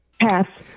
Pass